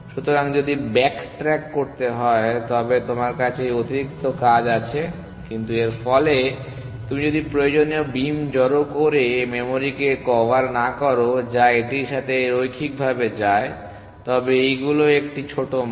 সুতরাং যদি backtrack করতে হয় তবে তোমার কাছে এই অতিরিক্ত কাজ আছে কিন্তু এর ফলে তুমি যদি প্রয়োজনীয় বিম জড়ো করে মেমরিকে কভার না করো যা এটির সাথে রৈখিকভাবে যায় তবে এইগুলি একটি ছোট মান